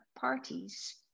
parties